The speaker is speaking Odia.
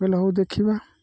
ବଲେ ହଉ ଦେଖିବା